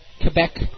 Quebec